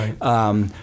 Right